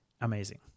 amazing